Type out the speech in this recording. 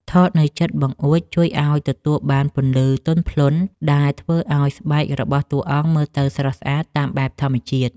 ថតនៅជិតបង្អួចជួយឱ្យទទួលបានពន្លឺទន់ភ្លន់ដែលធ្វើឱ្យស្បែករបស់តួអង្គមើលទៅស្រស់ស្អាតតាមបែបធម្មជាតិ។